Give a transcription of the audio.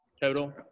total